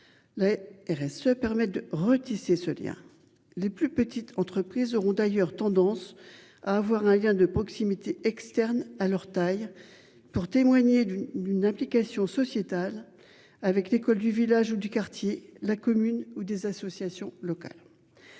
La RS se permette de retisser ce lien. Les plus petites entreprises auront d'ailleurs tendance à avoir un lien de proximité externes à leur taille pour témoigner d'une d'une implication sociétale avec l'école du village ou du quartier. La commune ou des associations locales.